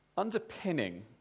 Underpinning